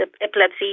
epilepsy